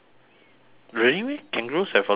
really meh kangaroos have a lot of muscles